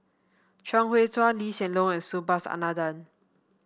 Chuang Hui Tsuan Lee Hsien Loong and Subhas Anandan